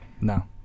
No